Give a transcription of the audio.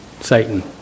Satan